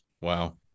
Wow